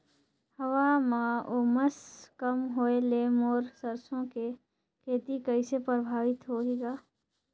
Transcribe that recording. हवा म उमस कम होए ले मोर सरसो के खेती कइसे प्रभावित होही ग?